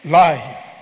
life